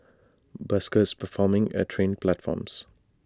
buskers performing at train platforms